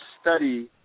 study